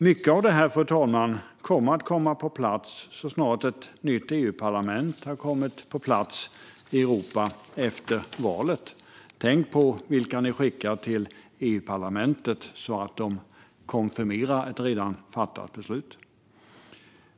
Mycket av detta kommer på plats så snart ett nytt EU-parlament har blivit valt i Europa. Tänk på vilka ni skickar till EU-parlamentet, så att de konfirmerar ett redan fattat beslut.